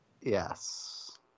Yes